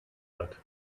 hat